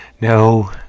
No